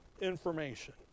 information